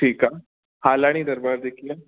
ठीकु आहे हालाणी दरबार जेकी आहे